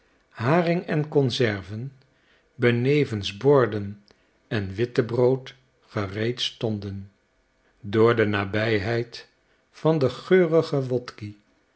haring en conserven benevens borden en wittebrood gereed stonden door de nabijheid van den geurigen wotki